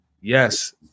Yes